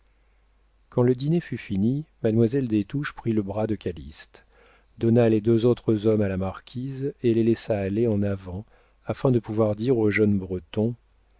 quand le dîner fut fini mademoiselle des touches prit le bras de calyste donna les deux autres hommes à la marquise et les laissa aller en avant afin de pouvoir dire au jeune breton